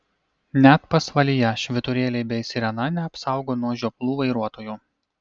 net pasvalyje švyturėliai bei sirena neapsaugo nuo žioplų vairuotojų